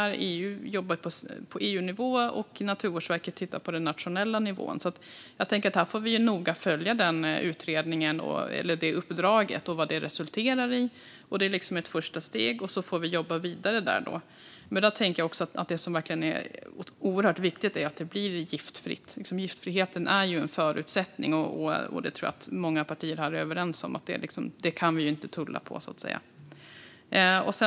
EU jobbar på EU-nivå, och Naturvårdsverket tittar på den nationella nivån. Vi får noga följa det uppdraget och vad det resulterar i. Detta är ett första steg, och så får vi jobba vidare. Något som är oerhört viktigt är att det blir giftfritt - giftfriheten är en förutsättning. Jag tror att många partier här är överens om att vi inte kan tulla på det.